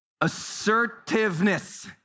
Assertiveness